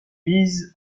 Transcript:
mise